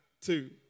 Two